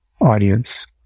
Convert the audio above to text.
audience